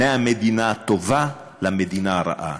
מהמדינה הטובה למדינה הרעה.